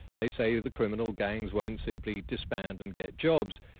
they say the criminal gangs won't simply disband and get jobs,